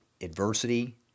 adversity